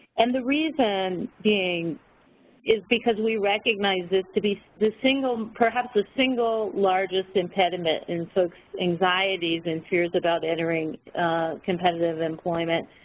and the reason being is because we recognize this to be the single perhaps the single largest impediment in so anxieties and fears about entering competitive employment.